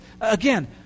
again